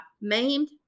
Maimed